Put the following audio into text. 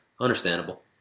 Understandable